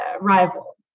rival